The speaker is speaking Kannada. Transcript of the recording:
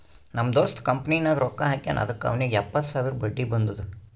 ನಮ್ ದೋಸ್ತ ಕಂಪನಿನಾಗ್ ರೊಕ್ಕಾ ಹಾಕ್ಯಾನ್ ಅದುಕ್ಕ ಅವ್ನಿಗ್ ಎಪ್ಪತ್ತು ಸಾವಿರ ಬಡ್ಡಿ ಬಂದುದ್